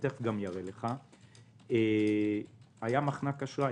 היה מחנק אשראי.